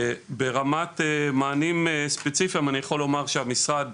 ברמת מענים ספציפיים, אני יכול לומר שהמשרד